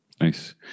nice